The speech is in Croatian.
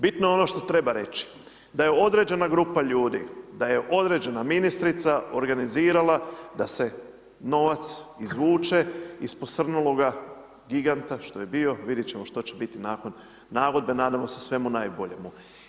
Bitno je ono što treba reći, da je određena grupa ljudi, da je određena ministrica organizirala da se novac izvuče iz posrnuloga giganta što je bio, vidjet ćemo što će biti nakon nagodbe, nadamo se svemu najboljemu.